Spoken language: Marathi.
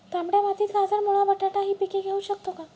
तांबड्या मातीत गाजर, मुळा, बटाटा हि पिके घेऊ शकतो का?